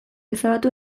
ezabatu